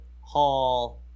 Hall